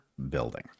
Building